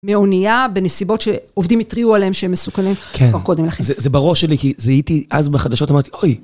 מאונייה בנסיבות שעובדים התריעו עליהם שהם מסוכנים. כן. כבר קודם לכן. זה בראש שלי, כי זיהיתי אז בחדשות, אמרתי, אוי.